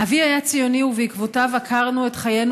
אבי היה ציוני ובעקבותיו עקרנו את חיינו